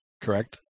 Correct